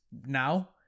now